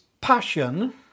passion